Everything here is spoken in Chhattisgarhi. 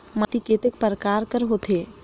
माटी कतेक परकार कर होथे?